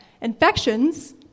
infections